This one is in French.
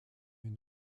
une